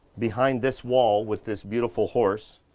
behind this wall with this beautiful horse,